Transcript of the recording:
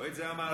לא את זה אמרתי.